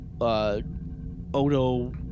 Odo